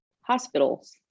hospitals